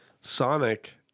Sonic